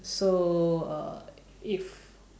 so uh if